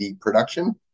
production